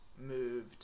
moved